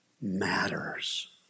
matters